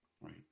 Right